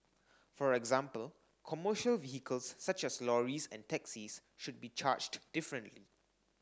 for example commercial vehicles such as lorries and taxis should be charged differently